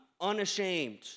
unashamed